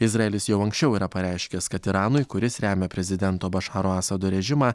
izraelis jau anksčiau yra pareiškęs kad iranui kuris remia prezidento bašaro asado režimą